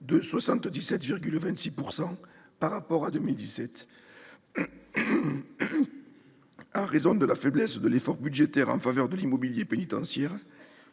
de 77,26 % par rapport à 2017. En raison de la faiblesse de l'effort budgétaire en faveur de l'immobilier pénitentiaire,